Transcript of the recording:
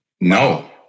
No